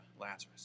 Lazarus